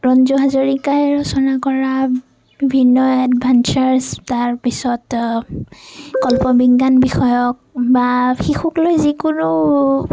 ৰঞ্জু হাজৰিকাই ৰচনা কৰা বিভিন্ন এডভেঞ্চাৰ্চ তাৰ পিছত কল্পবিজ্ঞান বিষয়ক বা শিশুক লৈ যিকোনো